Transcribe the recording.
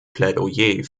plädoyer